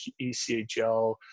ECHL